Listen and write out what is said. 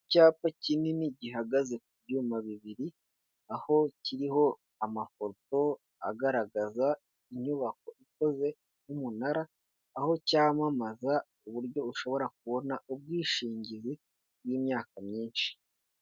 Icyapa kinini gihagaze ku byuma bibiri, aho kiriho amafoto agaragaza inyubako ikoze nk'umunara, aho cyamamaza uburyo ushobora kubona ubwishingizi bw'imyaka myinshi.